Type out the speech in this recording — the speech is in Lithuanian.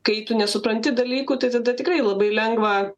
kai tu nesupranti dalykų tai tada tikrai labai lengva